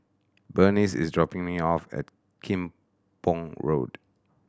Burnice is dropping me off at Kim Pong Road